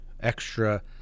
extra